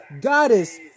Goddess